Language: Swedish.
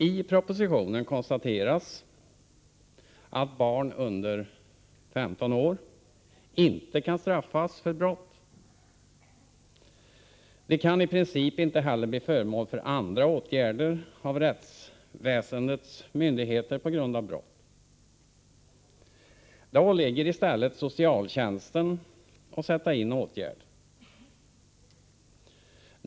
I propositionen konstateras att barn under 15 år inte kan straffas för brott. De kan i princip inte heller bli föremål för andra åtgärder av rättsväsendets myndigheter på grund av brott. Det åligger i stället socialtjänsten att sätta in åtgärder.